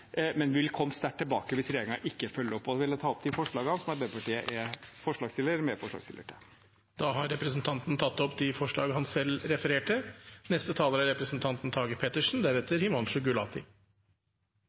men vi vil komme sterkt tilbake hvis regjeringen ikke følger opp. Jeg tar opp de forslagene Arbeiderpartiet er medforslagsstiller til. Representanten Trond Giske har tatt opp de forslagene han refererte